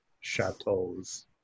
chateaus